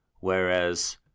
whereas